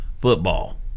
football